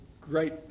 great